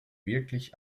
wirklich